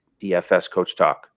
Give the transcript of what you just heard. DFSCoachTalk